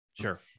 Sure